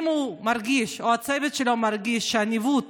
אם הוא או הצוות שלו מרגיש שהניווט